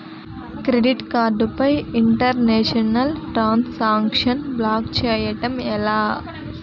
Credit card పై international transaction block చేయటం ఎలా?